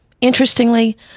Interestingly